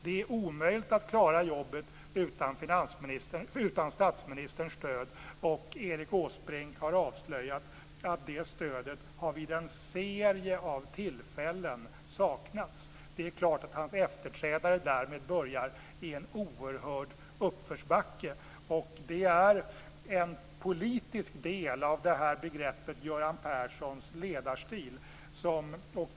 Det är omöjligt att klara jobbet utan statsministerns stöd. Erik Åsbrink har avslöjat att det stödet har vid en serie av tillfällen saknats. Det är klart att efterträdaren därmed börjar i en oerhörd uppförsbacke. Detta är en politisk del av begreppet Göran Perssons ledarstil.